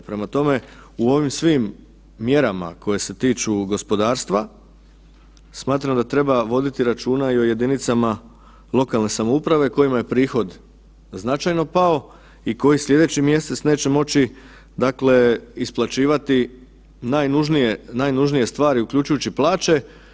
Prema tome, u ovim svim mjerama koje se tiču gospodarstva smatram da treba voditi računa i o jedinicama lokalne samouprave kojima je prihod značajno pao i koji slijedeći mjesec neće moći dakle isplaćivati najnužnije, najnužnije stvari uključujući plaće.